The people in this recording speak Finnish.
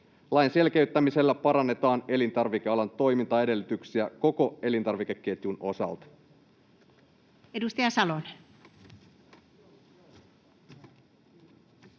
Lain selkeyttämisellä parannetaan elintarvikealan toimintaedellytyksiä koko elintarvikeketjun osalta.